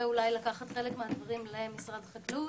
אולי לקחת חלק מהדברים למשרד החקלאות.